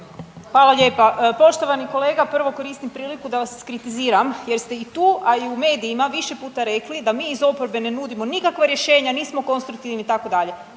Hvala lijepa. Poštovani kolega prvo koristim priliku da vas kritiziram jer ste i tu, a i u medijima više puta rekli da mi iz oporbe ne nudimo nikakva rješenja, nismo konstruktivni itd.